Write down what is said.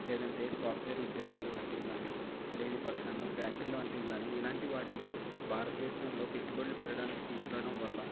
లేదంటే సాఫ్ట్వేర్ ఉద్యోగాలు వంటివి గాని లేని పక్షాన ఫ్యాక్టరీలాంటివి కాని ఇలాంటి వాటిని భారతదేశంలో పెట్టుబడులు పెట్టడానికి తీసుకురావడం వల్ల